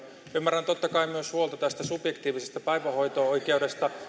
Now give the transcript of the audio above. ymmärrän totta kai myös huolen tästä subjektiivisesta päivähoito oikeudesta